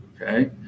okay